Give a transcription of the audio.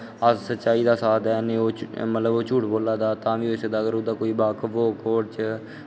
अस सच्चाई दा साथ देआ ने ओह् झूठ बोला दा अगर ओह्दा कोई बाकफ होग कोर्ट च